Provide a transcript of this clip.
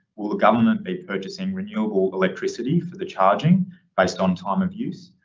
will the government be purchasing renewable electricity for the charging based on time of use?